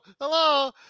Hello